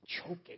Choking